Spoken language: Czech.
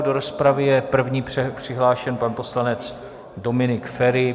Do rozpravy je první přihlášen pan poslanec Dominik Feri.